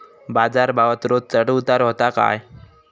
बाजार भावात रोज चढउतार व्हता काय?